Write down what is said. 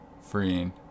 freeing